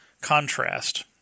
contrast